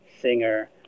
singer